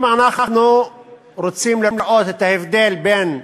אם אנחנו רוצים לראות את ההבדל בין,